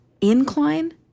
Incline